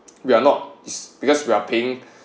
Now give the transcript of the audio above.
we are not is because we are paying